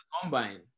combine